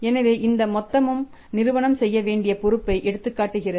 எனவே இந்த மொத்தம் நிறுவனம் செய்யவேண்டிய பொறுப்பை எடுத்துக்காட்டுகிறது